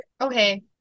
okay